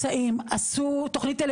הם קיבלו מאות שקלים